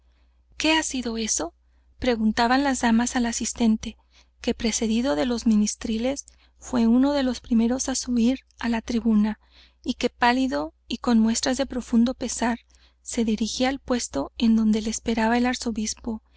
qué ha sido eso preguntaban las damas al asistente que precedido de los ministriles fué uno de los primeros á subir á la tribuna y que pálido y con muestras de profundo pesar se dirigía al puesto en donde le esperaba el arzobispo